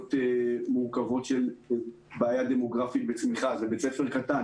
סוגיות מורכבות של בעיה דמוגרפית וצמיחה זה בית ספר קטן,